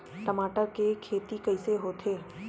टमाटर के खेती कइसे होथे?